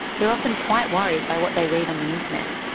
they're often quite worried by what they read on the internet.